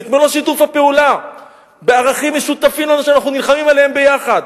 ואת מלוא שיתוף הפעולה בערכים משותפים שאנחנו נלחמים עליהם יחד,